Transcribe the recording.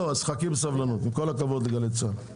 חכי בסבלנות, עם כל הכבוד לגלי צה"ל.